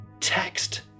Text